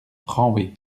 renwez